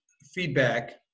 feedback